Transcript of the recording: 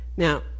Now